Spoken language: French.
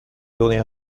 donner